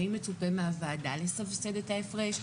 האם מצופה מהוועדה לסבסד את ההפרש?